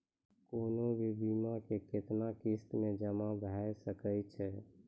कोनो भी बीमा के कितना किस्त मे जमा भाय सके छै?